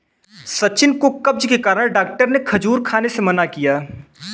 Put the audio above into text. सचिन को कब्ज के कारण डॉक्टर ने खजूर खाने से मना किया